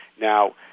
Now